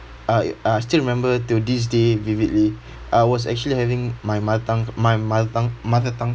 I I still remember till this day vividly I was actually having my my tongue my mother tongue mother tongue